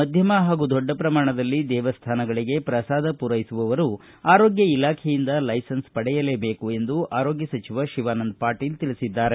ಮಧ್ಯಮ ಹಾಗೂ ದೊಡ್ಡ ಪ್ರಮಾಣದಲ್ಲಿ ದೇವಸ್ಥಾನಗಳಿಗೆ ಪ್ರಸಾದ ಪೂರೈಸುವವರು ಆರೋಗ್ಯ ಇಲಾಖೆಯುಂದ ಲೈಸನ್ಸ್ ಪಡೆಯಲೇ ಬೇಕು ಎಂದು ಆರೋಗ್ಯ ಸಚಿವ ಶಿವಾನಂದ ಪಾಟೀಲ್ ತಿಳಿಸಿದ್ದಾರೆ